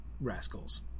rascals